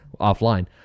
offline